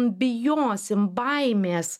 bijosim baimės